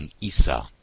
Isa